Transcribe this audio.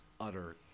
utter